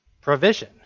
provision